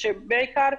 בעיקר,